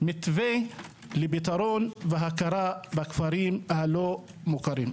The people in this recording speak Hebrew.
מתווה לפתרון והכרה בכפרים הלא מוכרים,